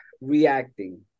reacting